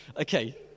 Okay